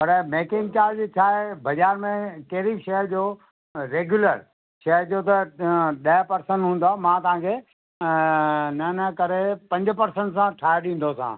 पर making charge छा आहे बाज़ारि में कहिड़ी बि शइ जो रेग्यूलर शइ जो त अ ॾह पर्सेंट हूंदो मां तव्हांखे न न करे पंज पर्सेंट सां ठाहे ॾींदोसाव